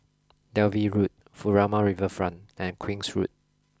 Dalvey Road Furama Riverfront and Queen's Road